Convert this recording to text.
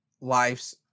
lives